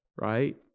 right